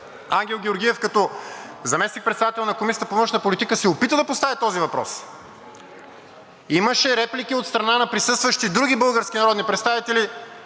Ангел Георгиев като заместник-председател на Комисията по външна политика се опита да постави този въпрос, имаше реплики от страна на присъстващи други български народни представители,